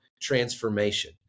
transformation